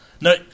No